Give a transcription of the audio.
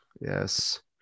yes